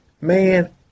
man